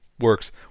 works